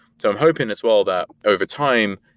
so i'm hoping as well that, overtime,